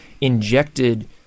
injected